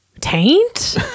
taint